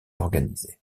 organisées